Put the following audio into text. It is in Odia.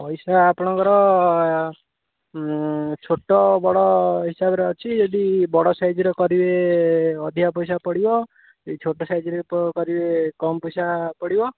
ପଇସା ଆପଣଙ୍କର ଛୋଟ ବଡ଼ ହିସାବରେ ଅଛି ଯଦି ବଡ଼ ସାଇଜ୍ର କରିବେ ଅଧିକା ପଇସା ପଡ଼ିବ ଯଦି ଛୋଟ ସାଇଜ୍ର କରିବେ କମ୍ ପଇସା ପଡ଼ିବ